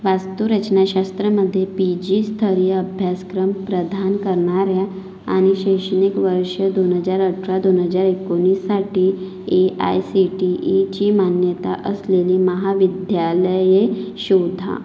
वास्तुरचनाशास्त्रामध्ये P G स्तरीय अभ्यासक्रम प्रदान करणाऱ्या आणि शैक्षणिक वर्ष दोन हजार अठरा दोन हजार एकोणीससाठी ए आय सी टी ईची मान्यता असलेली महाविद्यालये शोधा